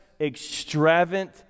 extravagant